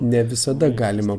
ne visada galima